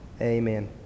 Amen